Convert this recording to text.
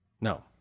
No